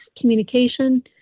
communication